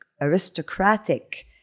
aristocratic